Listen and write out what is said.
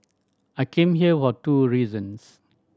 I came here were two reasons